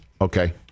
Okay